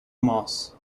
moss